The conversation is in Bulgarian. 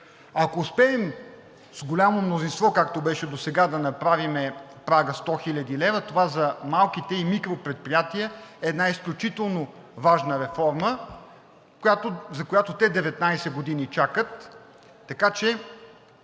ако успеем с голямо мнозинство, както беше досега, да направим прагът 100 хил. лв., това за малките и микропредприятията е една изключително важна реформа, за която те 19 години чакат. Така че